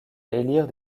élire